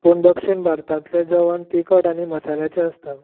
पूण दक्षूण भारतांतले जेवण तिखट आनी मसाल्यांचे आसता